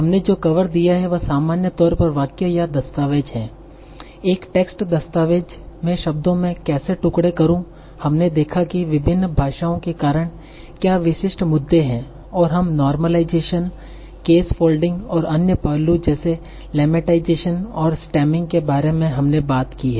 हमने जो कवर दिया है वह सामान्य तौर पर वाक्य या दस्तावेज है एक टेक्सट दस्तावेज़ मैं शब्दों में कैसे टुकड़े करूं हमने देखा कि विभिन्न भाषाओं के कारण क्या विशिष्ट मुद्दे हैं और हम नोर्मालाइजेशन केस फोल्डिंग और अन्य पहलू जैसे लेमेटाइजेसन और स्टेममिंग के बारे में हमने बात की हैं